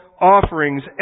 offerings